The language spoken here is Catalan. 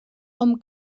hom